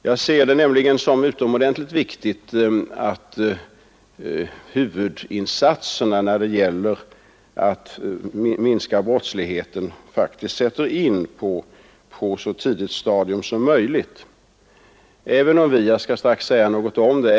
Jag ser det nämligen som utomordentligt viktigt att huvudinsatserna när det gäller att minska brottsligheten faktiskt sätts in på ett så tidigt stadium som möjligt — jag skall strax säga någonting om detta.